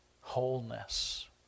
wholeness